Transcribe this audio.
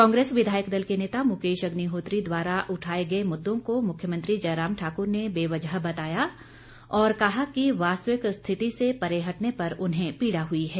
कांग्रेस विधायक दल के नेता मुकेश अग्निहोत्री द्वारा उठाए गए मुद्दों को मुख्यमंत्री जयराम ठाकुर ने बेवजह बताया और कहा कि वास्तविक स्थिति से परे हटने पर उन्हें पीड़ा हुई है